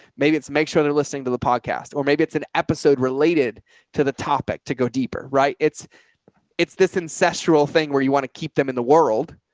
maybe it's make sure they're listening to the podcast or maybe it's an episode related to the topic to go deeper. right? it's it's this incestual thing where you want to keep them in the world.